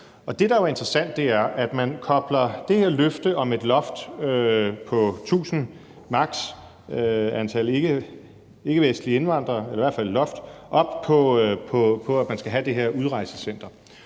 det, der jo er interessant, er, at man kobler det her løfte om et loft på maks. 1.000 ikkevestlige indvandrere, eller i hvert fald et loft, op på, at man skal have det her udrejsecenter.